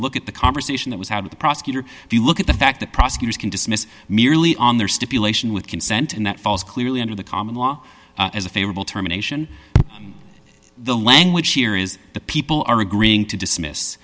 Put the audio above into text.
look at the conversation that was how the prosecutor if you look at the fact that prosecutors can dismiss merely on their stipulation with consent and that falls clearly under the common law as a favorable terminations the language here is that people are agreeing to dismiss